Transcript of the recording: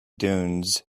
dunes